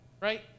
right